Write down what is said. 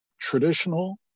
traditional